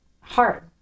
hard